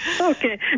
Okay